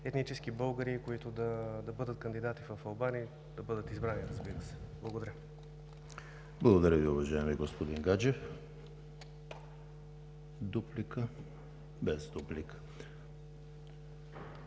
етнически българи, които да бъдат кандидати в Албания и да бъдат избрани, разбира се. Благодаря. ПРЕДСЕДАТЕЛ ЕМИЛ ХРИСТОВ: Благодаря Ви, уважаеми господин Гаджев. Дуплика? Без дуплика.